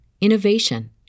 innovation